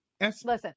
Listen